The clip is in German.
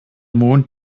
mond